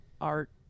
art